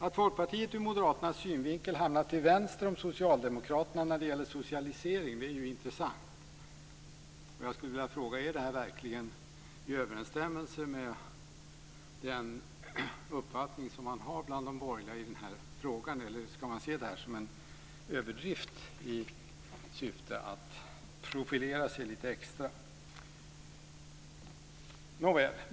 Att Folkpartiet ur Moderaternas synvinkel hamnat till vänster om Socialdemokraterna när det gäller socialisering är ju intressant. Jag skulle vilja fråga: Är detta verkligen i överensstämmelse med den uppfattning som man har bland de borgerliga partierna i denna fråga, eller ska man se detta som en överdrift i syfte att profilera sig lite extra?